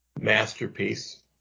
masterpiece